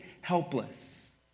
helpless